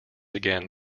again